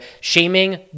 shaming